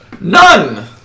None